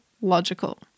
logical